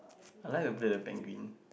I like to play the penguin